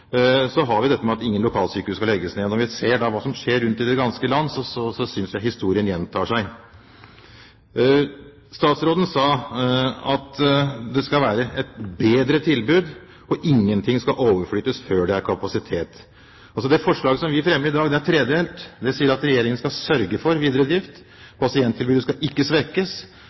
har vi dette at «Ingen lokalsykehus skal legges ned». Når vi da ser hva som skjer rundt om i det ganske land, synes jeg historien gjentar seg. Statsråden sa at det skal bli et bedre tilbud og ingen ting skal overflyttes før det er kapasitet. Det forslaget vi fremmer i dag, er tredelt. Det sier at Regjeringen skal sørge for videre drift, pasienttilbudet skal ikke svekkes,